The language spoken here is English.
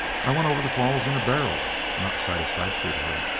i went over the falls in a barrel not satisfactory to her.